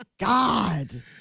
God